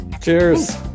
Cheers